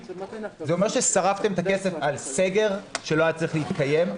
זה אומר ששרפתם את הכסף על סגר שלא היה צריך להתקיים,